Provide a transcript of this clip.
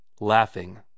laughing